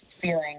feeling